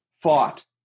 fought